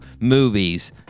movies